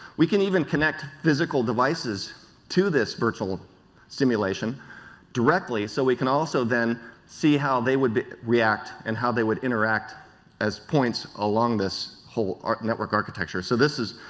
we can even connect physical devices to this virtual simulation directly, so we can also then see how they would react and how they would interact as points along this whole um network architecture. so this is,